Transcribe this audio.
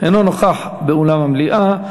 אינו נוכח באולם המליאה.